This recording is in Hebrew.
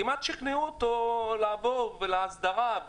כמעט שכנעו אותו לעבור להסדרה.